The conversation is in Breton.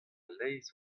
leizh